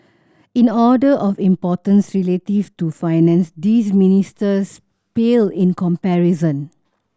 in order of importance relative to Finance these ministries pale in comparison